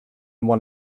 won